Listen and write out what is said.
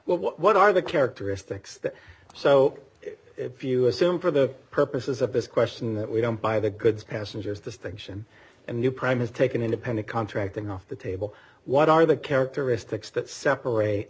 what are the characteristics that so if you assume for the purposes of this question that we don't buy the goods passengers distinction a new prime has taken independent contracting off the table what are the characteristics that separate